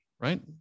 Right